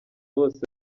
bose